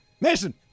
Mason